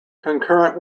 concurrent